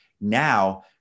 now